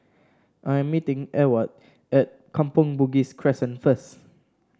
I'm meeting Ewart at Kampong Bugis Crescent first